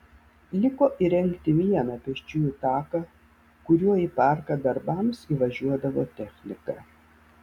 liko įrengti vieną pėsčiųjų taką kuriuo į parką darbams įvažiuodavo technika